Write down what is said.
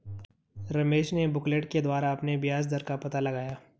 रमेश ने बुकलेट के द्वारा अपने ब्याज दर का पता लगाया